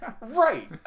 right